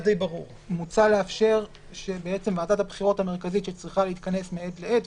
מוצע לאפשר שוועדת הבחירות המרכזית שצריכה להתכנס מעת לעת,